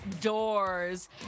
doors